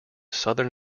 southern